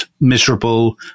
miserable